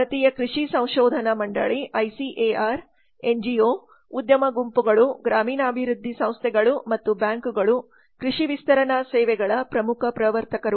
ಭಾರತೀಯ ಕೃಷಿ ಸಂಶೋಧನಾ ಮಂಡಳಿ ಐಸಿಎಆರ್ ಎನ್ಜಿಒ ಉದ್ಯಮ ಗುಂಪುಗಳು ಗ್ರಾಮೀಣಾಭಿವೃದ್ಧಿ ಸಂಸ್ಥೆಗಳು ಮತ್ತು ಬ್ಯಾಂಕುಗಳು ಕೃಷಿ ವಿಸ್ತರಣಾ ಸೇವೆಗಳ ಪ್ರಮುಖ ಪ್ರವರ್ತಕರು